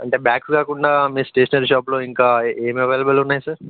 అంటే బ్యాగ్స్ కాకుండా మీ స్టేషనరీ షాప్లో ఇంకా ఏం అవైలబుల్ ఉన్నాయి సార్